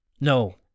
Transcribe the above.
No